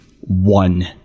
one